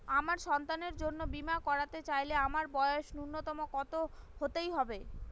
আমার সন্তানের জন্য বীমা করাতে চাইলে তার বয়স ন্যুনতম কত হতেই হবে?